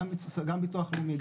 גם ביטוח לאומי,